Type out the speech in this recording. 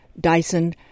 Dyson